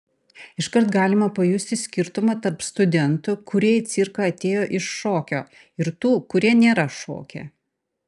iškart galima pajusti skirtumą tarp studentų kurie į cirką atėjo iš šokio ir tų kurie nėra šokę